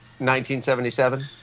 1977